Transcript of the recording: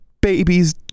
babies